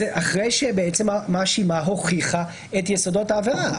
זה אחרי שהמאשימה הוכיחה את יסודות העבירה.